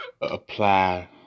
apply